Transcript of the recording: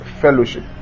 fellowship